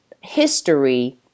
history